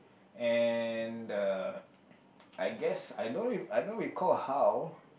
and the I guess I don't re~ I don't recall how